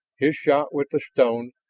his shot with the stone,